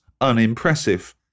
unimpressive